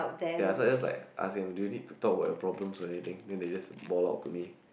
ya so is like I ask them do you need to talk about your problems or anything then they just ball out to me